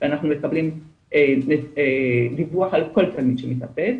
ואנחנו מקבלים דיווח על כל תלמיד שמתאבד.